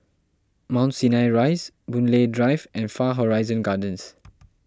Mount Sinai Rise Boon Lay Drive and Far Horizon Gardens